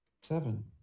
Seven